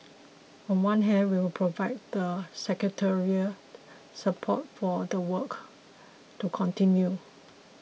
on one hand we'll provide the secretariat support for the work to continue